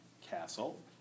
castle